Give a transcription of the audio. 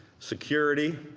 security,